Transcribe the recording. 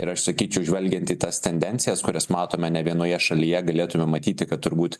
ir aš sakyčiau žvelgiant į tas tendencijas kurias matome nė vienoje šalyje galėtume matyti kad turbūt